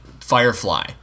Firefly